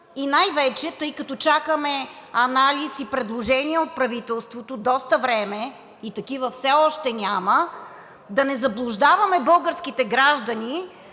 и най-вече, тъй като чакаме анализ и предложения от правителството доста време и такива все още няма, да не заблуждаваме българските граждани,